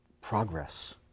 progress